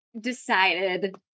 decided